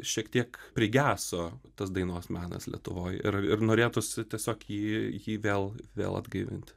šiek tiek prigeso tos dainos menas lietuvoj ir ir norėtųsi tiesiog jį jį vėl vėl atgaivinti